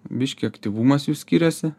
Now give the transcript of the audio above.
biški aktyvumas jų skiriasi